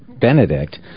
Benedict